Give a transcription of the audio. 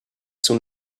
soon